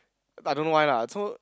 I don't know why lah so